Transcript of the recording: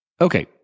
Okay